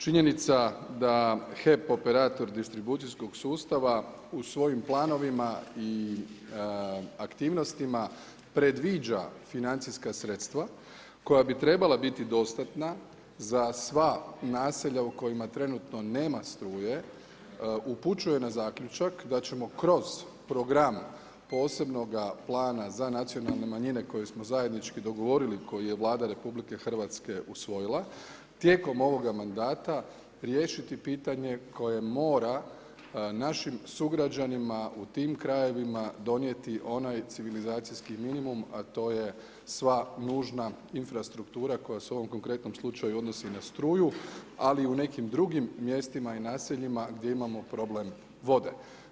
Činjenica da HEP Operator distribucijskog sustava u svojim planovima i aktivnostima predviđa financijska sredstva koja bi trebala biti dostatna za sva nasilja u kojima trenutno nema struje, upućuje na zaključak da ćemo kroz program posebnoga plana za nacionalne manjine koje smo zajednički dogovorili, koji je Vlada RH usvojila, tijekom ovoga mandata riješiti pitanje koje mora našim sugrađanima u tim krajevima, donijeti onaj civilizacijski minimum, a to je sva nužna infrastruktura koja se u ovom konkretnom slučaju odnosi i na struju, ali u nekim drugim mjestima i naseljima gdje imamo problem vode.